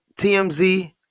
TMZ